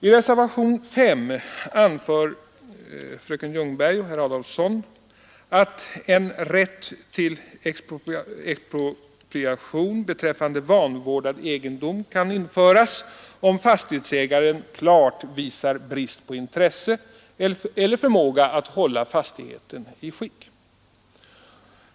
I reservationen 5 anför fröken Ljungberg och herr Adolfsson att en rätt till expropriation av vanvårdad egendom kan införas, om ”fastighetsägaren klart visar brist på intresse eller förmåga att hålla fastigheten i skick”.